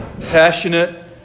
Passionate